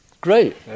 Great